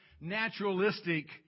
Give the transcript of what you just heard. naturalistic